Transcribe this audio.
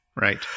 right